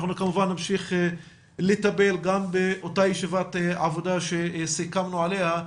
אנחנו כמובן נמשיך לטפל גם באותה ישיבת עבודה שסיכמנו עליה,